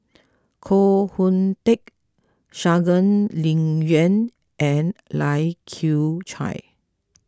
Koh Hoon Teck Shangguan Liuyun and Lai Kew Chai